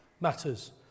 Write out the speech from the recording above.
matters